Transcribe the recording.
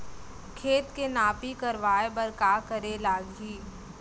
खेत के नापी करवाये बर का करे लागही?